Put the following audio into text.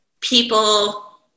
people